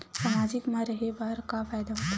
सामाजिक मा रहे बार का फ़ायदा होथे?